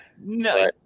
no